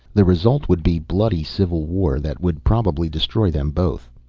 the result would be bloody civil war that would probably destroy them both.